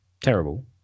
terrible